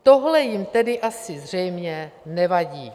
Tohle jim tedy asi zřejmě nevadí.